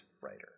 writer